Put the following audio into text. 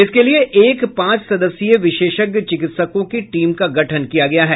इसके लिये एक पांच सदस्यीय विशेषज्ञ चिकित्सकों की टीम का गठन किया गया है